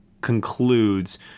concludes